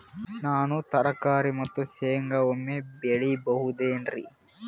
ನಾನು ತರಕಾರಿ ಮತ್ತು ಶೇಂಗಾ ಒಮ್ಮೆ ಬೆಳಿ ಬಹುದೆನರಿ?